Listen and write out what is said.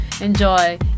Enjoy